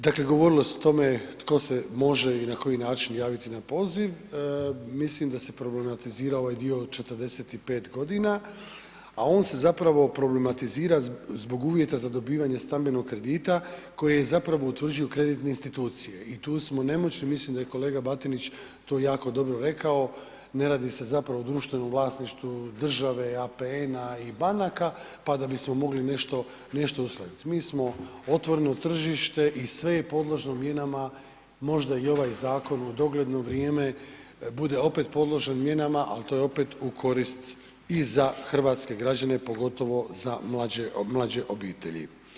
Dakle, govorilo se o tome tko se može i na koji način javiti na poziv, mislim da se problematizira ovaj dio od 45.g., a on se zapravo problematizira zbog uvjeta za dobivanje stambenog kredita koji zapravo utvrđuju kreditne institucije i tu smo nemoćni, mislim da je kolega Batinić to jako dobro rekao, ne radi se zapravo o društvenom vlasništvu države, APN-a i banaka, pa da bismo mogli nešto, nešto uskladit, mi smo otvoreno tržište i sve je podložno mijenama, možda i ovaj zakon u dogledno vrijeme bude opet podložen mijenama, al to je opet u korist i za hrvatske građane, pogotovo za mlađe, mlađe obitelji.